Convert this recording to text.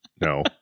no